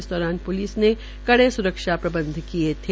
इस दौरान प्लिस ने कड़े सुरक्षा प्रबंध किये थे